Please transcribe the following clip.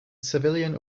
civilian